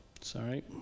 Sorry